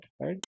right